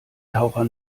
taucher